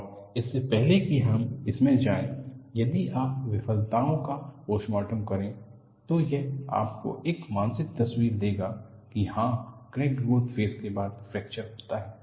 और इससे पहले कि हम इसमें जाएं यदि आप विफलताओं का पोस्टमॉर्टम करें तो यह आपको एक मानसिक तस्वीर देगाकी हाँ क्रैक ग्रोथ फेज़ के बाद फ्रैक्चर होता है